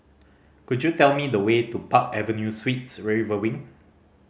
could you tell me the way to Park Avenue Suites River Wing